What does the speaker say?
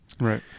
Right